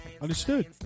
Understood